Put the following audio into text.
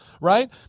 right